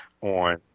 on